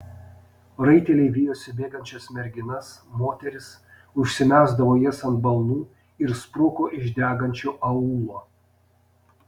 raiteliai vijosi bėgančias merginas moteris užsimesdavo jas ant balnų ir spruko iš degančio aūlo